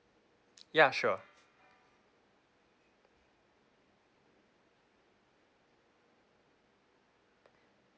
ya sure